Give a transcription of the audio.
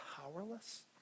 powerless